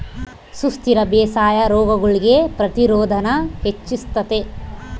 ಸುಸ್ಥಿರ ಬೇಸಾಯಾ ರೋಗಗುಳ್ಗೆ ಪ್ರತಿರೋಧಾನ ಹೆಚ್ಚಿಸ್ತತೆ